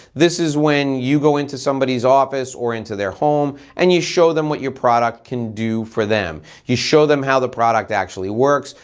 this is when you go into somebody's office or into their home and you show them what your product can do for them. you show them how the product actually works,